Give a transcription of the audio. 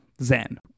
zen